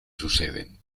suceden